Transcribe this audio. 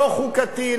לא חוקתי,